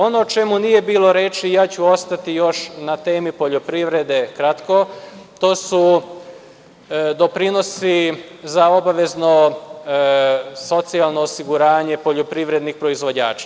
Ono o čemu nije bilo reči, ja ću ostati još na temi poljoprivrede kratko, to su doprinosi za obavezno socijalno osiguranje poljoprivrednih proizvođača.